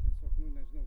tiesiog nu nežinau